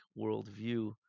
worldview